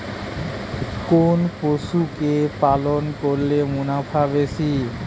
কোন পশু কে পালন করলে মুনাফা বেশি?